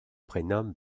prénomme